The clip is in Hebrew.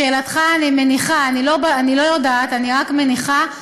לשאלתך, אני מניחה, אני לא יודעת, אני רק מניחה,